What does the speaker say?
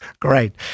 Great